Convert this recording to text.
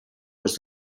was